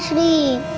me?